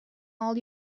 all